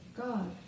God